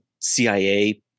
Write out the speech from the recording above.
CIA